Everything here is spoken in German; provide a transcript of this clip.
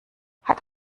hat